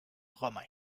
romain